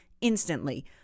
instantly